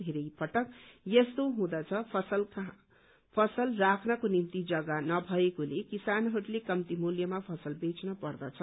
धेरै पटक यस्तो हुँदछ फसल राख्नको निम्ति जम्गा नभएकोले किसानहरूले कम्ती मूल्यमा फसल बेच्न पर्दछ